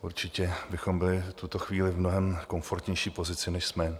Určitě bychom byli v tuto chvíli v mnohem komfortnější pozici, než jsme.